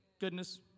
goodness